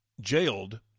jailed